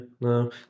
no